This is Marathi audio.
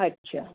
अच्छा